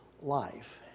life